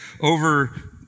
over